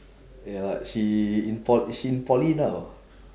ya lah she in po~ she in poly now